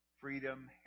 freedom